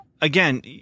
again